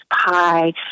pie